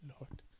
Lord